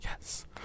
yes